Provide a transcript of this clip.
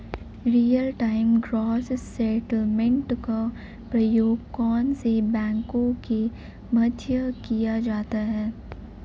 Real time gross settlement का प्रयोग कौन से बैंकों के मध्य किया जाता है?